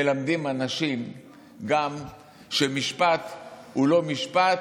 מלמדים אנשים שמשפט הוא לא משפט,